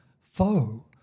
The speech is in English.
foe